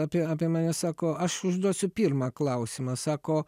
apie apie mane sako aš užduosiu pirmą klausimą sako